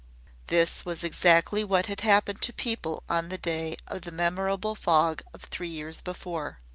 this was exactly what had happened to people on the day of the memorable fog of three years before.